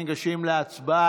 אנחנו ניגשים להצבעה,